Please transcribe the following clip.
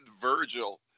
Virgil